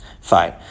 Fine